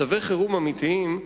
מצבי חירום אמיתיים,